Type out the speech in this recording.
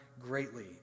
greatly